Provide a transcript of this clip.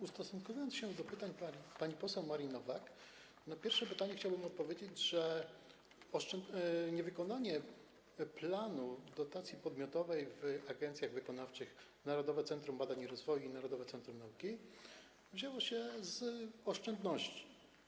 Ustosunkowując się do pytań pani poseł Marii Nowak, na pierwsze pytanie chciałbym odpowiedzieć, że niewykonanie planu dotacji podmiotowej w agencjach wykonawczych Narodowego Centrum Badań i Rozwoju i Narodowego Centrum Nauki wzięło się z oszczędności.